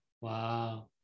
Wow